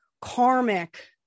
karmic